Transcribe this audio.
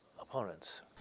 opponents